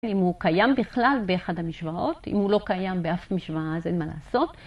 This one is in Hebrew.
אם הוא קיים בכלל באחד המשוואות, אם הוא לא קיים באף משוואה אז אין מה לעשות.